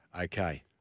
Okay